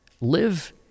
Live